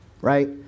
right